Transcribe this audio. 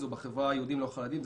או בחברה היהודית הלא חרדית,